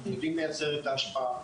אנחנו יודעים לייצר את ההשפעה.